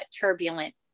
turbulent